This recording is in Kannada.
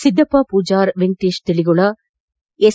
ಸಿದ್ದಪ್ಪ ಪೂಜಾರ ವೆಂಕಟೇಶ ತಿಳಿಗೊಳ ಎಸ್